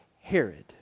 Herod